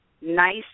nice